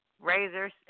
razors